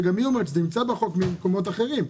וגם היא אומרת שזה נמצא בחוק ממקומות אחרים.